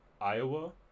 Iowa